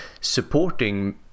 supporting